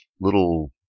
little